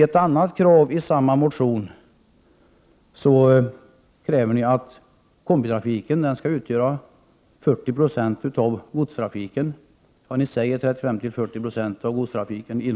Ett annat krav i samma motion, motion nr T215, punkterna 20 och 21, är att combitrafiken inom tio år skall utgöra 40 å 50 96 av godstrafiken.